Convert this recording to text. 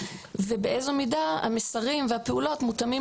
ובאיזו מידה המסרים והפעולות מותאמים